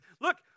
Look